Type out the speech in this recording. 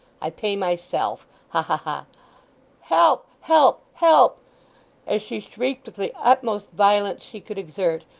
i pay myself! ha ha ha help! help! help as she shrieked with the utmost violence she could exert,